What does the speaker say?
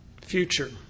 future